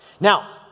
Now